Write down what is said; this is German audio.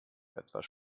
etwas